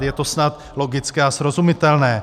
Je to snad logické a srozumitelné.